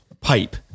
pipe